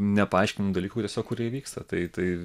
nepaaiškinamų dalykų kurie įvyksta tai tai